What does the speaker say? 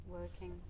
working